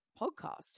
podcast